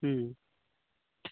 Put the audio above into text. हूँ